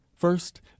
First